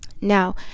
Now